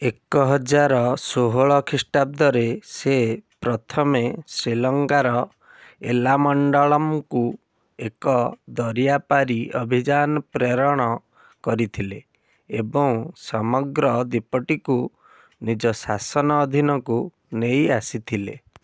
ଏକ ହଜାର ଷୋହଳ ଖ୍ରୀଷ୍ଟାବ୍ଦରେ ସେ ପ୍ରଥମେ ଶ୍ରୀଲଙ୍କାର ଏଲାମଣ୍ଡଳମ୍କୁ ଏକ ଦରିଆ ପାରି ଅଭିଯାନ ପ୍ରେରଣ କରିଥିଲେ ଏବଂ ସମଗ୍ର ଦ୍ୱୀପଟିକୁ ନିଜ ଶାସନ ଅଧୀନକୁ ନେଇ ଆସିଥିଲେ